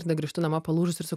tada grįžtu namo palūžusi ir sakau